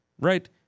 right